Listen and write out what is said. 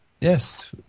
Yes